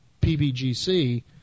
PBGC